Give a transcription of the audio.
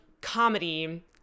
comedy